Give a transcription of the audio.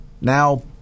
now